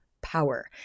power